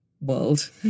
world